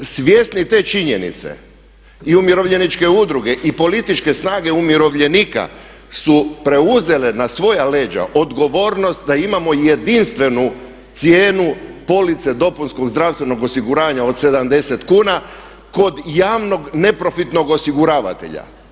Svjesni te činjenici i umirovljeničke udruge i političke snage umirovljenika su preuzele na svoja leđa odgovornost da imamo jedinstvenu cijenu police dopunskog zdravstvenog osiguranja od 70 kuna kod javnog neprofitnog osiguravatelja.